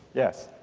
yes?